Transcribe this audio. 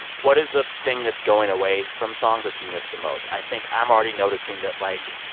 what is a thing that's going away from songs that you miss the most? i think i'm already noticing that, like,